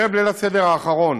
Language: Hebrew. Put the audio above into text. בערב ליל הסדר האחרון,